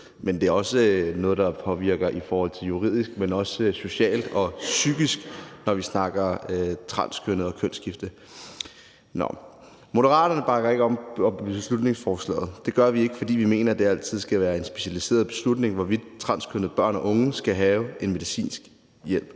men det er også noget, der påvirker i forhold til det juridiske, det sociale og det psykiske, når vi snakker transkønnede og kønsskifte. Moderaterne bakker ikke op om beslutningsforslaget. Det gør vi ikke, fordi vi mener, at det altid skal være en specialiseret beslutning, hvorvidt transkønnede børn og unge skal have medicinsk hjælp.